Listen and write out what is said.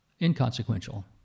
inconsequential